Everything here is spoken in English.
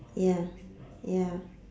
ya ya